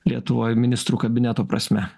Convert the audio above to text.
lietuvoj ministrų kabineto prasme